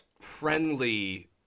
friendly